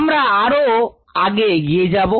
আমরা আরো আগে এগিয়ে যাব